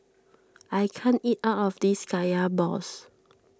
I can't eat all of this Kaya Balls